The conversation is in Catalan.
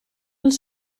els